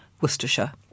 Worcestershire